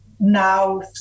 Now